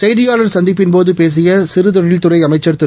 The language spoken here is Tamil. செய்தியாளர் சந்திப்பின் போது பேசிய சிறு தொழில்துறை அமைச்சர் திரு